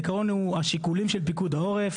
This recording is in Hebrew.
העקרון הוא השיקולים של פיקוד העורף,